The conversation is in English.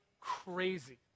crazy